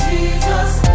Jesus